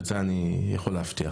את זה אני יכול להבטיח.